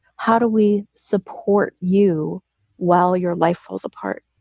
how do we support you while your life falls apart?